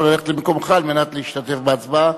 ללכת למקומך על מנת להשתתף בהצבעה.